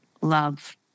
Love